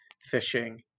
Fishing